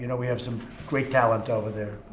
you know we have some great talent over there.